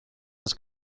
his